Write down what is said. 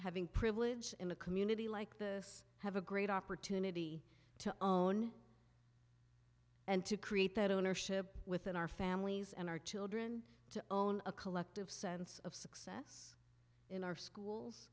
having privilege in a community like this have a great opportunity to own and to create that ownership within our families and our children to own a collective sense of success in our schools